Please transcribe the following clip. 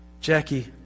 Jackie